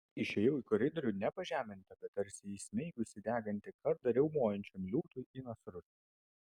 išėjau į koridorių ne pažeminta bet tarsi įsmeigusi degantį kardą riaumojančiam liūtui į nasrus